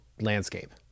landscape